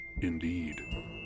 indeed